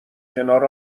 کنار